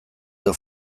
edo